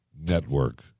Network